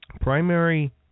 primary